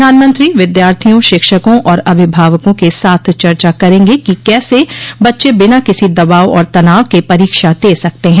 प्रधानमंत्री विद्यार्थियों शिक्षकों और अभिभावकों के साथ चर्चा करेंगे कि कैसे बच्चे बिना किसी दबाव और तनाव के परीक्षा दे सकते हैं